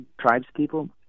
tribespeople